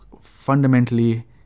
fundamentally